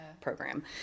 program